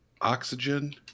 oxygen